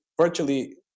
virtually